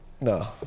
No